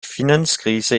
finanzkrise